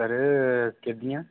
sir केह्दियां